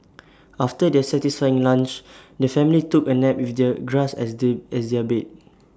after their satisfying lunch the family took A nap with their grass as as their bed